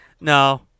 No